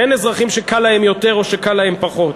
אין אזרחים שקל להם יותר או שקל להם פחות.